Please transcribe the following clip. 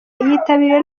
yitabiriwe